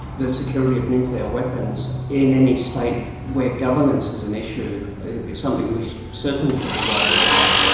the security of nuclear weapons in any state where governance is an issue is something we certainly should be worrying about.